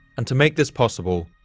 and to make this possible,